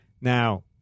Now –